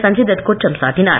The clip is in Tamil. சஞ்சய் தத் குற்றம் சாட்டினார்